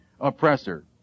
oppressor